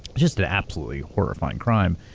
just an absolutely horrifying crime.